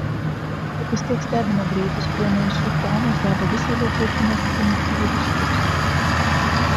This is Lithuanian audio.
bet vis tiek stebina greitis kuriuo naisių ponas geba visai lietuvai primesti primityvų diskursą